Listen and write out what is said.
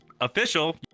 official